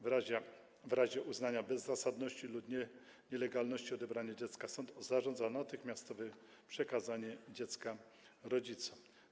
W razie uznania bezzasadności lub nielegalności odebrania dziecka, sąd zarządza natychmiastowe przekazanie dziecka rodzicom.